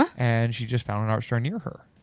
and she just found an art store near her.